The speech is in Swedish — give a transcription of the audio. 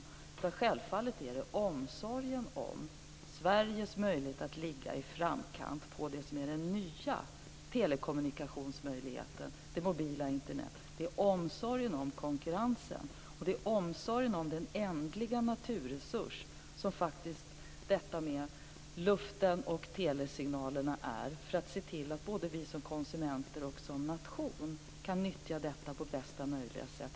Det handlar självfallet om omsorgen om Sveriges möjligheter att ligga i framkant på det som är den nya telekommunikationen, det mobila Internet, och omsorgen om konkurrensen och om den ändliga naturresurs som detta med luften och telesignalerna är för att vi som konsumenter och som nation ska kunna nyttja detta på bästa möjliga sätt.